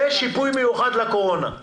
זה שיפוי מיוחד לקורונה.